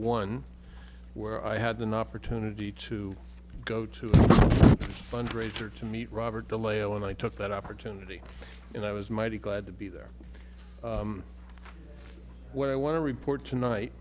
one where i had an opportunity to go to a fundraiser to meet robert de lay and i took that opportunity and i was mighty glad to be there what i want to report tonight